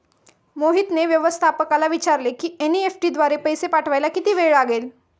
मोहितने व्यवस्थापकाला विचारले की एन.ई.एफ.टी द्वारे पैसे पाठवायला किती वेळ लागेल